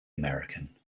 american